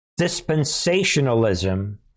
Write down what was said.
dispensationalism